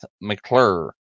McClure